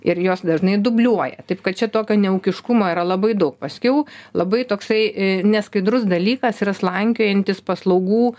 ir jos dažnai dubliuoja taip kad čia tokio neūkiškumo yra labai daug paskiau labai toksai neskaidrus dalykas yra slankiojantis paslaugų